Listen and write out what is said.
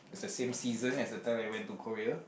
it's the same season as the time I went to Korea